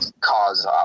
cause